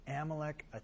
Amalek